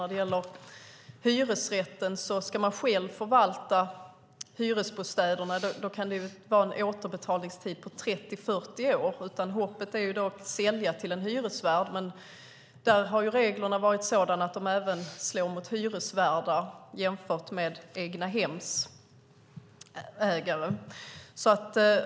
När det gäller hyresrätten ska man själv förvalta hyresbostäderna. Då kan det vara en återbetalningstid på 30-40 år. Hoppet är då att sälja till en hyresvärd, men där har reglerna varit sådana att de även slår mot hyresvärdar jämfört med egnahemsägare.